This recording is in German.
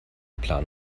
plan